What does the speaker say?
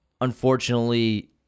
unfortunately